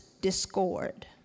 discord